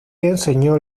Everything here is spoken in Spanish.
enseñó